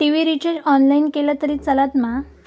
TV recharge online केला तरी चलात मा?